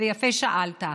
ויפה שאלת.